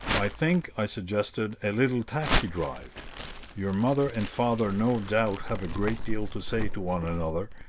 i think, i suggested, a little taxi drive your mother and father no doubt have a great deal to say to one another,